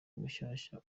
mushyashya